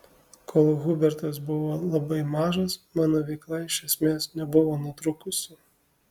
kol hubertas buvo labai mažas mano veikla iš esmės nebuvo nutrūkusi